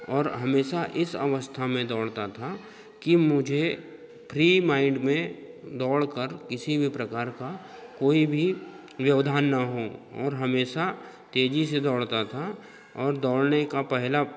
और हमेशा इस अवस्था में दौड़ता था कि मुझे फ्री माइंड में दौड़ कर किसी भी प्रकार का कोई भी व्यवधान न हो और हमेशा तेज़ी से दौड़ता था और दौड़ने का पहला